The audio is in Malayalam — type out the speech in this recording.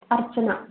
അർച്ചന